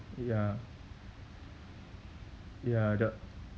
ya ya the